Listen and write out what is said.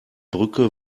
brücke